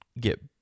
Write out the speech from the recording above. get